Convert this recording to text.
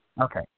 Okay